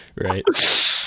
Right